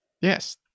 yes